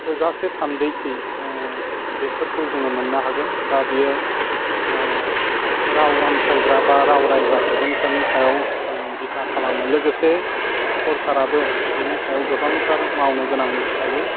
थोजासे थान्दैथि बेफोरखौ जोङो मोन्नो हागोन दा बियो राव अनसायग्रा बा राव रायग्रा सुबुंफोरनि सायाव बिथा खालामो लोगोसे सरकाराबो बिनि सायाव गोबांथार मावनो गोनां थायो